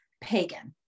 pagan